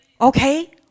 okay